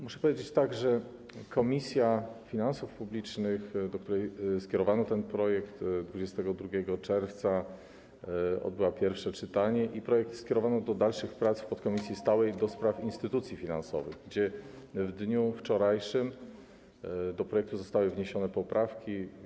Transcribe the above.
Muszę powiedzieć, że w Komisji Finansów Publicznych, do której skierowano ten projekt 22 czerwca, odbyło się pierwsze czytanie i projekt skierowano do dalszych prac w podkomisji stałej do spraw instytucji finansowych, gdzie w dniu wczorajszym do projektu zostały wniesione poprawki.